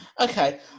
Okay